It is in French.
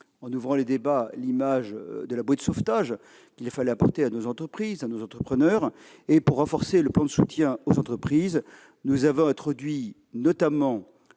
en ouvrant les débats, l'image de la bouée de sauvetage qu'il fallait donner à nos entreprises et à nos entrepreneurs. Pour renforcer le plan de soutien aux entreprises, nous avons introduit,